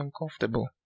uncomfortable